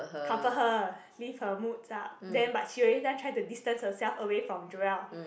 comfort her lift her moods up then but she every time try to distance herself away from Joel